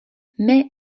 mais